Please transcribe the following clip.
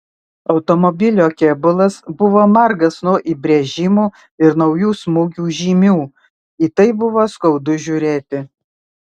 automobilio kėbulas buvo margas nuo įbrėžimų ir naujų smūgių žymių į tai buvo skaudu žiūrėti